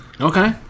Okay